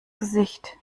gesicht